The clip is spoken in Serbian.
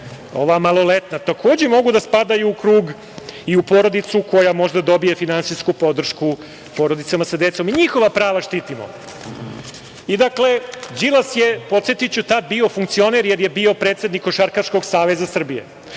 ova maloletna, takođe spadaju u krug i u porodicu koja možda dobije finansijsku podršku porodicama sa decom. I njihova prava štitimo. Đilas je, podsetiću, tada bio funkcioner, jer je bio predsednik Košarkaškog saveza Srbije.